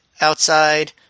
outside